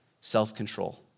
self-control